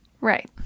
Right